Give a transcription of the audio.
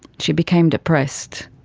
she became depressed.